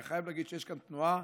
אני חייב להגיד שיש כאן תנועה,